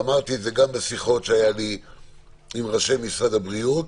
אמרתי כאן בשיחות שהיו לי עם ראשי משרד הבריאות,